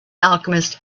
alchemist